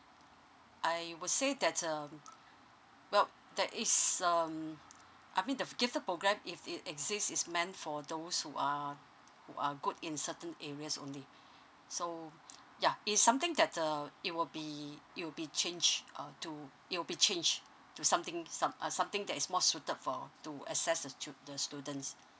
I would say that um well there is um I mean the f~ gifted programme if it exists is meant for those who are who are good in certain areas only so yeah is something that uh it will be it will be changed uh to it will be changed to something some~ uh something that is more suited for to assess the chi~ the students